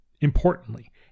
importantly